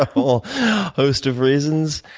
ah whole host of reasons.